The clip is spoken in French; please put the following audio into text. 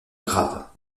graves